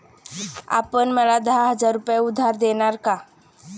आपण मला दहा हजार रुपये उधार देणार का?